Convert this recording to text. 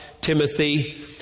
Timothy